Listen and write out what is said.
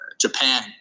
japan